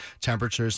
Temperatures